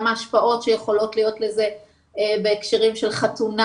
גם ההשפעות שיכולות להיות לזה בהקשרים של חתונה